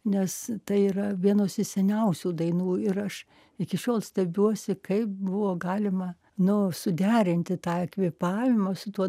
nes tai yra vienos iš seniausių dainų ir aš iki šiol stebiuosi kaip buvo galima nu suderinti tą kvėpavimą su tuo